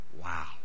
Wow